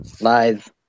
Lies